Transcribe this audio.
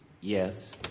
Yes